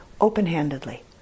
open-handedly